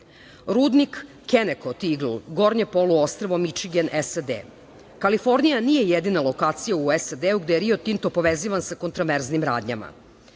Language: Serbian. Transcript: „Kenekoti igl“ gornje poluostrvo Mičigen, SAD. Kalifornija nije jedina lokacija u SAD gde je Rio Tinto povezivan sa kontraverznim radnjama.